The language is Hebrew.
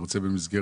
אני רוצה להתייחס